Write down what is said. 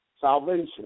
salvation